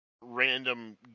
random